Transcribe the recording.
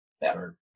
better